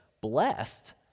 blessed